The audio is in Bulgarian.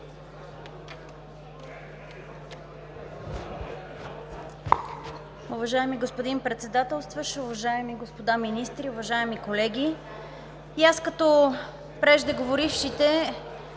Уважаеми господин Председателстващ, уважаеми господа министри, уважаеми колеги! И аз като преждеговорившите